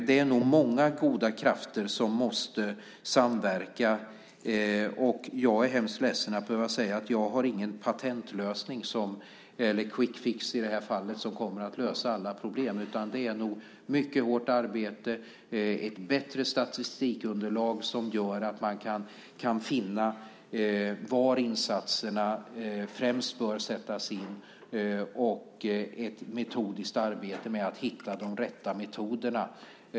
Det är nog många goda krafter som måste samverka, och jag är hemskt ledsen att behöva säga att jag inte har någon patentlösning i det här fallet, ingen quick fix som kommer att lösa alla problem. Det krävs nog mycket hårt arbete, ett bättre statistikunderlag som gör att man kan finna var insatserna främst bör sättas in och ett systematiskt arbete med att hitta de rätta metoderna.